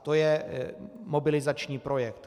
To je mobilizační projekt.